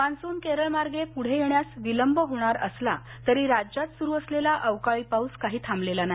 monsoon केरळमार्गे पुढे येण्यास विलंब होणार असला तरी राज्यात सुरू असलेला अवकाळी पाऊस काही थांबलेला नाही